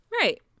Right